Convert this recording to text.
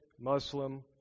Muslim